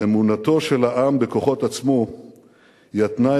"אמונתו של העם בכוחות עצמו היא התנאי